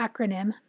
acronym